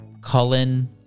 Cullen